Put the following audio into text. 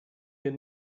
wir